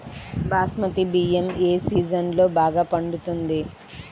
బాస్మతి బియ్యం ఏ సీజన్లో బాగా పండుతుంది?